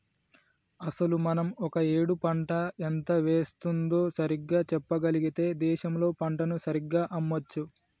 అసలు మనం ఒక ఏడు పంట ఎంత వేస్తుందో సరిగ్గా చెప్పగలిగితే దేశంలో పంటను సరిగ్గా అమ్మొచ్చు